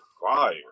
fire